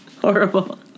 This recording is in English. Horrible